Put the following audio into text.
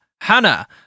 Hannah